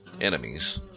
enemies